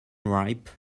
ripe